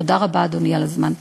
תודה רבה, אדוני, על הזמן.